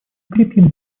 укрепит